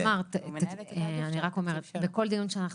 אבל את אמרת אני רק אומרת: בכל דיון שאנחנו